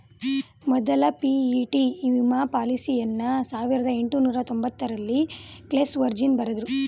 ಮೊದ್ಲ ಪಿ.ಇ.ಟಿ ವಿಮಾ ಪಾಲಿಸಿಯನ್ನ ಸಾವಿರದ ಎಂಟುನೂರ ತೊಂಬತ್ತರಲ್ಲಿ ಕ್ಲೇಸ್ ವರ್ಜಿನ್ ಬರೆದ್ರು